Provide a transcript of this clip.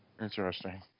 Interesting